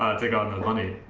take on the money.